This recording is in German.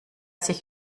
sich